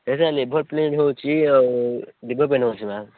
ସେ sir lever pen ହଉଛି ଆଉ ଲିଭର ପେନ୍ ହଉଛି ସାର୍